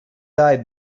died